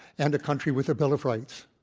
and a country with a bill of rights.